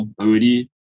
already